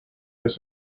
his